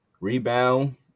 Rebound